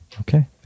okay